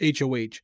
HOH